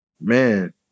Man